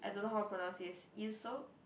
I don't know how to pronounce this easel